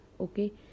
okay